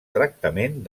tractament